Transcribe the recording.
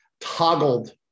toggled